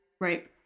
Right